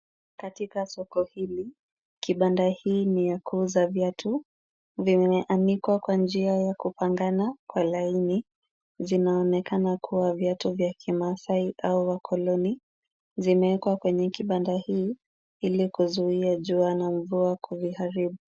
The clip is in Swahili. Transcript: Katika soko hili kibanda hii ni ya kuuza viatu, vimeanikwa kwa njia ya kupangana kwa laini, vinaonekana kuwa viatu vya kimaasai au wakoloni. Zimeekwa kwa kibanda hii ili kuzuia jua na mvua kuviharibu.